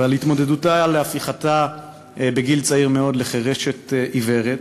ועל הפיכתה בגיל צעיר מאוד לחירשת-עיוורת,